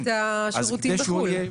כדי לקבל את השירותים בחוץ לארץ,